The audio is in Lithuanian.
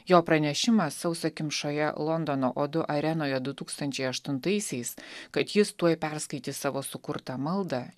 jo pranešimą sausakimšoje londono odu arenoje du tūkstančiai aštuntaisiais kad jis tuoj perskaitys savo sukurtą maldą